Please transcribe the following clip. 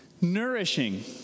Nourishing